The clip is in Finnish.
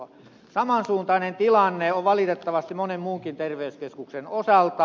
saman suuntainen tilanne on valitettavasti monen muunkin terveyskeskuksen osalta